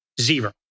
Zero